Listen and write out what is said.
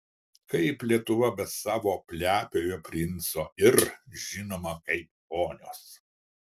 kaip lietuva be savo plepiojo princo ir žinoma kaip ponios